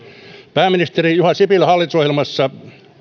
pääministeri juha sipilän hallitusohjelmassa